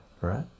right